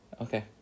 Okay